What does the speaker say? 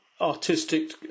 artistic